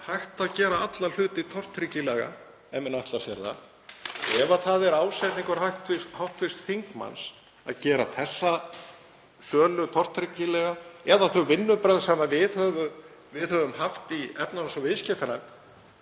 hægt að gera alla hluti tortryggilega ef menn ætla sér það. Ef það er ásetningur hv. þingmanns að gera þessa sölu tortryggilega eða þau vinnubrögð sem við höfum haft í efnahags- og viðskiptanefnd